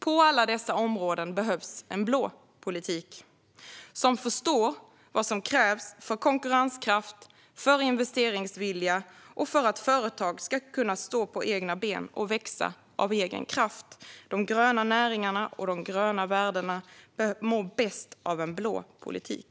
På alla dessa områden behövs en blå politik som förstår vad som krävs för konkurrenskraft, för investeringsvilja och för att företag ska kunna stå på egna ben och växa av egen kraft. De gröna näringarna och de gröna värdena mår bäst av en blå politik.